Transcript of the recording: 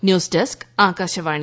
news desk Akashvani